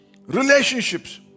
relationships